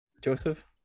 Joseph